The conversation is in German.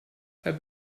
herr